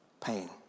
pain